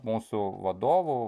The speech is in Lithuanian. mūsų vadovų